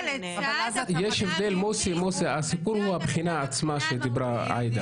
הסיפור הוא הבחינה עצמה שדיברה עאידה.